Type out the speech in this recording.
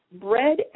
bread